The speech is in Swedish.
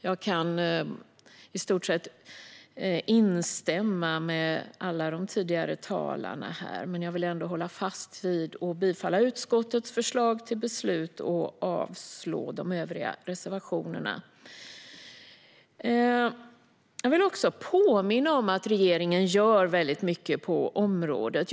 Jag kan i stort sett instämma med alla de tidigare talarna. Men jag vill ändå hålla fast vid att yrka bifall till utskottets förslag till beslut och avslag på de övriga reservationerna. Jag vill också påminna om att regeringen gör väldigt mycket på området.